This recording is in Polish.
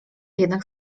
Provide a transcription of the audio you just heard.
jednak